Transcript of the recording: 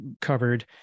covered